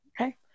okay